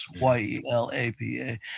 Y-E-L-A-P-A